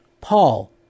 Paul